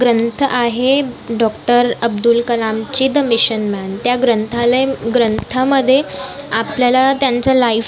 ग्रंथ आहे डॉक्टर अब्दुल कलामचे द मिशन मॅन त्या ग्रंथालय ग्रंथामध्ये आपल्याला त्यांचं लाईफ